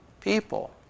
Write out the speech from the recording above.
people